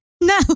No